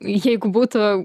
jeigu būtų